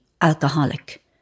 alcoholic